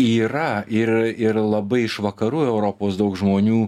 yra ir ir labai iš vakarų europos daug žmonių